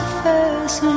first